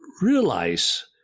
realize